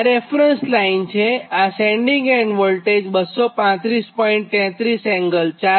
આ reference line છે અને આ સેન્ડીંગ એન્ડ વોલ્ટેજ 235